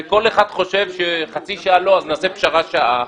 וכל אחד חושב שחצי שעה לא, אז נעשה פשרה שעה.